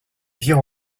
vient